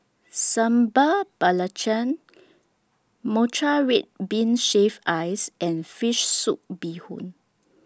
Sambal Belacan Matcha Red Bean Shaved Ice and Fish Soup Bee Hoon